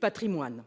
patrimoine.